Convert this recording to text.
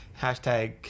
Hashtag